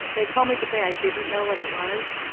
they told me to say i didn't know what it was,